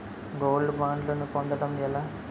Gold బ్యాండ్లను పొందటం ఎలా?